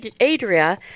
Adria